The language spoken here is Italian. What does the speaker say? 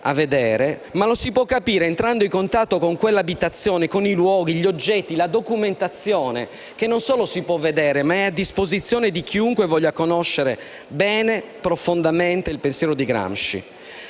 ma lo si può capire anche entrando in contatto con quell'abitazione, con i luoghi, gli oggetti e la documentazione, che non solo si può visionare, ma è a disposizione di chiunque voglia conoscere bene, profondamente, il pensiero di Gramsci.